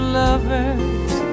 lovers